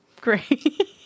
Great